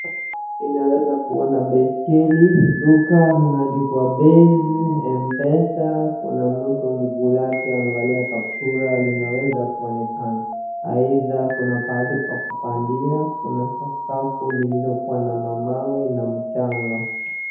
Ninaweza kuona baiskeli. Duka limeandikwa Base Mpesa . Kuna mtu mblaki amevalia kaptula. Linaweza kuonekana, aidha kuna pahali pa kupandia. Kuna sakafu lililokuwa na mawe na mchanga.